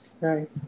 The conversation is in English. Right